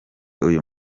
uyu